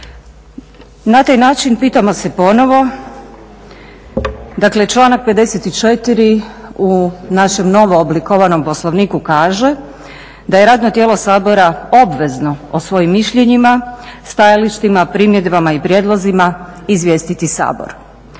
Na taj način pitamo se ponovo, dakle članak 54. u našem novo oblikovanom Poslovniku kaže da je radno tijelo Sabor obvezno o svojim mišljenjima, stajalištima, primjedbama i prijedlozima izvijestiti Sabor.